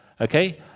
okay